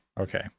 okay